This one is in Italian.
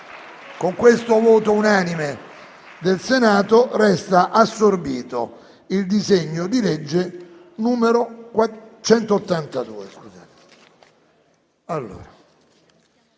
Con questo voto unanime del Senato, risulta assorbito il disegno di legge n. 182.